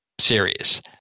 series